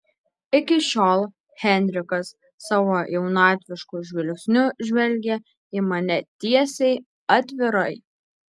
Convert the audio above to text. iki šiol henrikas savo jaunatvišku žvilgsniu žvelgė į mane tiesiai atvirai